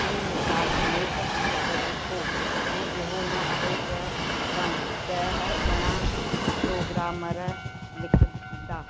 हीउ मिसाल नेक कम करे थो पर इहो न आहे त त त घणा प्रोग्रामर लिखंदा